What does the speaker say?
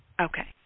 okay